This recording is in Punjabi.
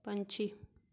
ਪੰਛੀ